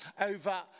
over